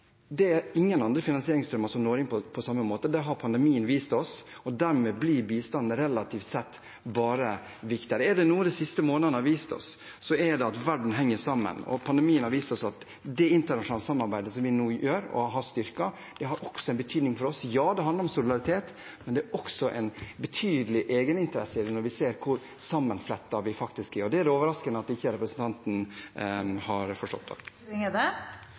Det er ingen andre finansieringsstrømmer som når inn på samme måte, det har pandemien vist oss, og dermed blir bistanden relativt sett bare viktigere. Er det noe de siste månedene har vist oss, er det at verden henger sammen. Pandemien har vist oss at det internasjonale samarbeidet som vi nå har, og har styrket, også har en betydning for oss. Ja, det handler om solidaritet, men det er også en betydelig egeninteresse i det når vi ser hvor sammenflettet vi faktisk er. Det er det overraskende at ikke representanten har forstått.